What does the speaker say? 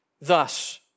Thus